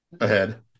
ahead